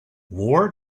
war